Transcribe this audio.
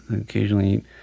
occasionally